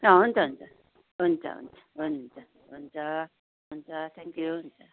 अँ हुन्छ हुन्छ हुन्छ हुन्छ हुन्छ हुन्छ हुन्छ थ्याङ्कयू